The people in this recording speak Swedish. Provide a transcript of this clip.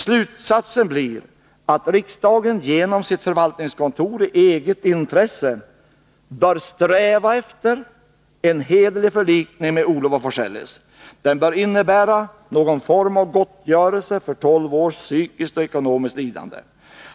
Slutsatsen blir att riksdagen genom sitt förvaltningskontor i eget intresse bör sträva efter en hederlig förlikning med Olof af Forselles — den bör innebära någon form av gottgörelse för tolv års psykiskt och ekonomiskt lidande.